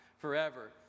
forever